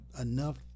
enough